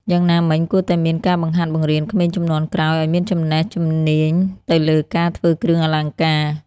យ៉ាងណាមិញ គួរតែមានការបង្ហាត់បង្រៀនក្មេងជំនាន់ក្រោយឲ្យមានចំណេះជំនាញ់ទៅលើការធ្វើគ្រឿងអលង្ការ។